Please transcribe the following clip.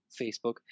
Facebook